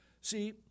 See